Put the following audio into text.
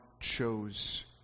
chose